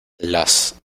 las